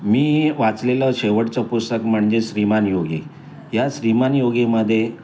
मी वाचलेलं शेवटचं पुस्तक म्हणजे श्रीमान योगी या श्रीमान योगीमध्ये